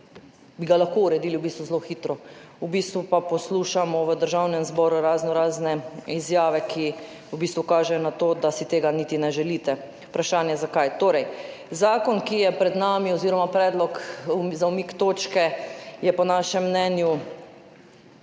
bi ga uredili zelo hitro, v bistvu pa poslušamo v Državnem zboru raznorazne izjave, ki kažejo na to, da si tega niti ne želite. Vprašanje, zakaj. Torej, zakon, ki je pred nami, oziroma predlog za umik točke je po našem mnenju